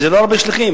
וזה לא הרבה שליחים.